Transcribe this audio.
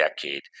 decade